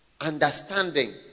understanding